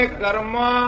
Karma